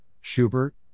Schubert